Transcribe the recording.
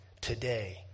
today